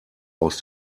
aus